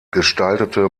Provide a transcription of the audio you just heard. gestaltete